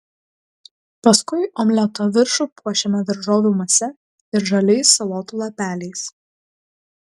paskui omleto viršų puošiame daržovių mase ir žaliais salotų lapeliais